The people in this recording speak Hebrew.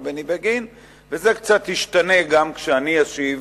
וזה קצת ישתנה גם כשאני אשיב